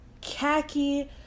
khaki